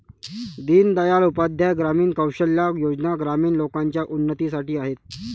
दीन दयाल उपाध्याय ग्रामीण कौशल्या योजना ग्रामीण लोकांच्या उन्नतीसाठी आहेत